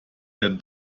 der